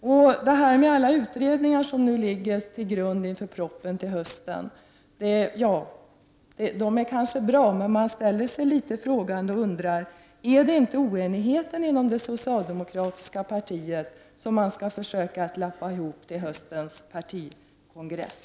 Det kanske är bra med alla dessa utredningar som skall ligga till grund för höstens proposition, men man ställer sig mycket frågande och undrar: Är det inte oenigheten inom det socialdemokratiska partiet som man skall försöka lappa ihop till höstens partikongress?